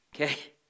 Okay